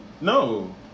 No